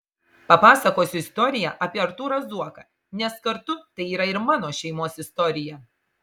papasakosiu istoriją apie artūrą zuoką nes kartu tai yra ir mano šeimos istorija